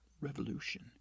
revolution